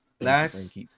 last